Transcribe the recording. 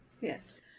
Yes